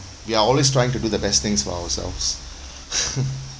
you are always trying to do the best things for ourselves